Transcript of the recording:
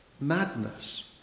madness